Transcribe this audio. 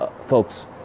folks